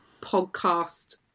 podcast